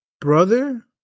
brother